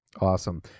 Awesome